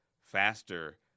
faster